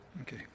Okay